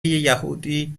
یهودی